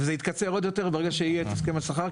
וזה יתקצר עוד יותר ברגע שיהיה את הסכם השכר,